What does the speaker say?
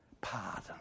pardon